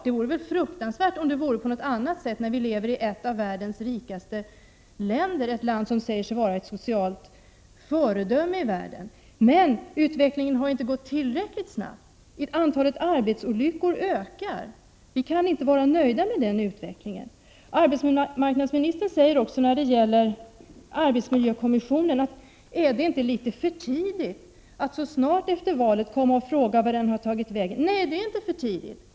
Det vore väl fruktansvärt om det förhöll sig på annat sätt, när vi lever i ett av världens rikaste länder, ett land som vill vara ett socialt föredöme. Men utvecklingen har inte gått tillräckligt snabbt. Antalet arbetsolyckor ökar. Vi kan inte vara nöjda med den utvecklingen. Arbetsmarknadsministern säger när det gäller arbetsmiljökommissionen: Är det inte litet för tidigt att så snart efter valet fråga vart den här kommissionen har tagit vägen? Nej, det är inte för tidigt.